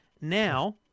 Now